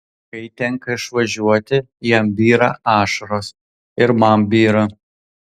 kai tenka išvažiuoti jam byra ašaros ir man byra